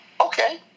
Okay